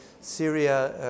Syria